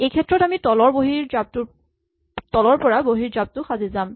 এইক্ষেত্ৰত আমি তলৰ পৰা বহীৰ জাপটো সাজি যাম